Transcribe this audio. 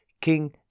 King